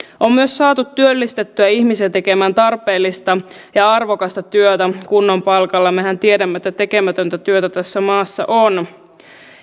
on myös saatu työllistettyä ihmisiä tekemään tarpeellista ja arvokasta työtä kunnon palkalla mehän tiedämme että tekemätöntä työtä tässä maassa on